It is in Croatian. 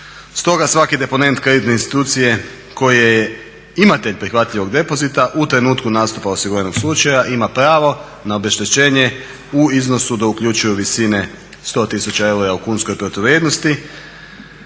Stoga svaki deponent kreditne institucije koje imate prihvatljivog depozita u trenutku nastupa osiguranog slučaja ima pravo na obeštećenje u iznosu do uključivo visine 100 tisuća eura u kunskoj protuvrijednosti